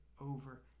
over